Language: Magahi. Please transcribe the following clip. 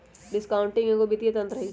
डिस्काउंटिंग एगो वित्तीय तंत्र हइ